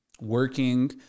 working